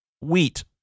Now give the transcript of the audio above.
wheat